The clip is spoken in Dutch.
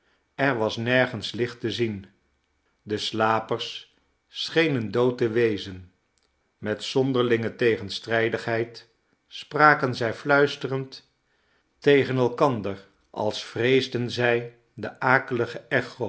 er was nergens licht te zien de slapers schenen dood te wezen met zonderlinge tegenstrijdigheid spraken zij fluisterend tegen elkander als vreesden zij de akelige